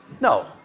No